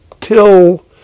till